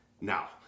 now